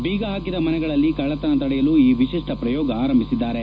ಬೀಗ ಹಾಕಿದ ಮನೆಗಳಲ್ಲಿ ಕಳ್ಳತನ ತಡೆಯಲು ಈ ವಿಶಿಷ್ಟ ಪ್ರಯೋಗ ಆರಂಭಿಸಿದ್ದಾರೆ